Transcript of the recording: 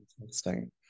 interesting